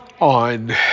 On